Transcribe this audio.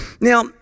Now